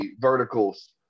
verticals